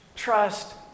Trust